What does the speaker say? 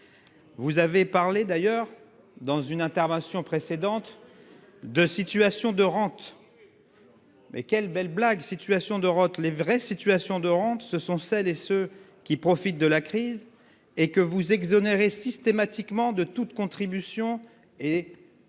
Vous avez parlé, dans une intervention précédente, de « situation de rente ». Quelle blague ! Les vraies situations de rente sont pour celles et ceux qui profitent de la crise et que vous exonérez systématiquement de toute contribution et de toute